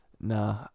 nah